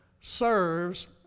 serves